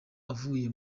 ivuye